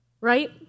right